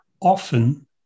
often